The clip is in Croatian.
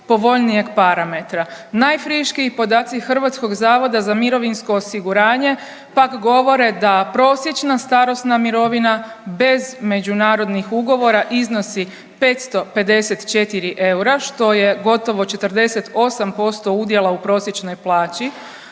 Najfriškiji podaci Hrvatskog zavoda za mirovinsko osiguranje pak govore da prosječna starosna mirovina bez međunarodnih ugovora iznosi 554 eura što je gotovo 48% udjela u prosječnoj plaći.